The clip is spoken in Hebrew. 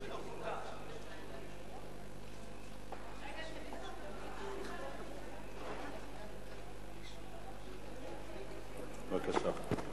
בבקשה.